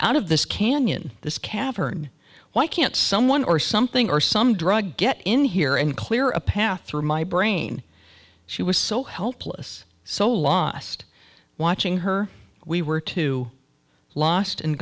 out of this canyon this cavern why can't someone or something or some drug get in here and clear a path through my brain she was so helpless so lost watching her we were too lost and